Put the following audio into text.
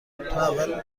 اول